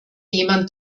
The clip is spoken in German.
jemand